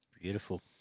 Beautiful